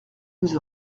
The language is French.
nous